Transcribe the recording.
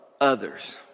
others